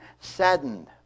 saddened